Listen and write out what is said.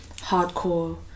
hardcore